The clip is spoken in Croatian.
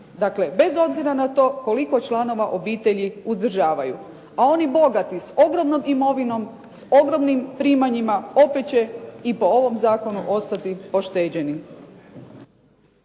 bez obzira na to koliko članova obitelji uzdržavaju. A oni bogati s ogromnom imovinom, s ogromnim primanjima opet će i po ovom zakonu ostati pošteđeni.